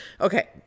okay